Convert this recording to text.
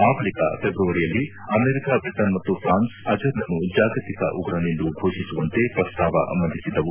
ಆ ಬಳಿಕ ಫೆಬ್ರವರಿಯಲ್ಲಿ ಅಮೆರಿಕ ಬ್ರಿಟನ್ ಮತ್ತು ಫ್ರಾನ್ಸ್ ಅಜರ್ನನ್ನು ಜಾಗತಿಕ ಉಗ್ರನೆಂದು ಥೋಷಿಸುವಂತೆ ಪ್ರಸ್ತಾವ ಮಂದಿಸಿದ್ದವು